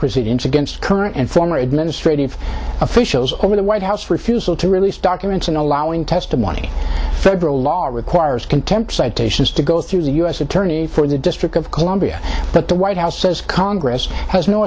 proceedings against current and former administrative officials over the white house refusal to release documents and allowing testimony federal law requires contempt citations to go through the u s attorney for the district of columbia but the white house says congress has no